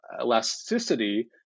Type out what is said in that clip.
elasticity